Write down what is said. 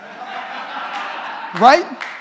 Right